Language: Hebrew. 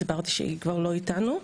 סיפרתי שהיא כבר לא איתנו.